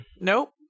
Nope